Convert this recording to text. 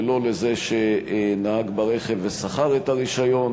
ולא לזה שנהג ברכב ושכר את הרישיון.